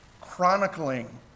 chronicling